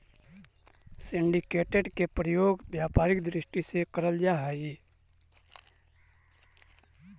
syndicated के प्रयोग व्यापारिक दृष्टि से करल जा हई